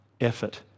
effort